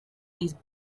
these